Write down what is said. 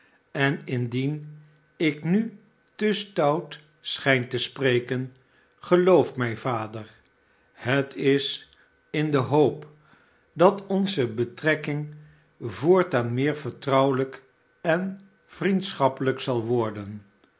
en indien ik nu te stout schijn te spreken geloof mij vader het is in de hoop dat onze betrekking voortaan meer vertrouwelijk en vnendschappehjk zal worden